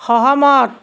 সহমত